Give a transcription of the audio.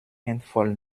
handvoll